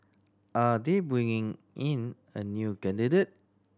are they bringing in a new candidate